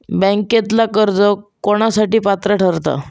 बँकेतला कर्ज कोणासाठी पात्र ठरता?